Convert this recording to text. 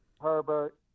Herbert